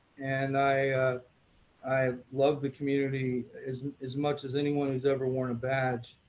and i i love the community as as much as anyone has ever worn a badge.